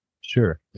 Sure